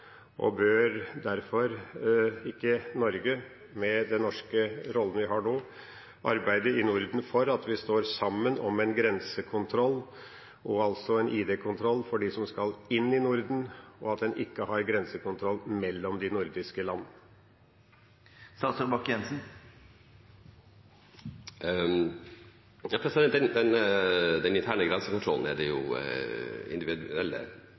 Norden. Bør derfor ikke Norge, med den rollen vi har nå, arbeide for at vi i Norden står sammen om en grensekontroll og en ID-kontroll for dem som skal inn i Norden, og at en ikke har grensekontroll mellom de nordiske land? Den interne grensekontrollen har individuelle stater bedt om å få lov til å ha, som en del av Schengen-samarbeidet. Jeg mener begrunnelsen for dette er